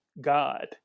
God